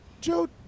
Joe